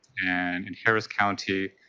and in harris county,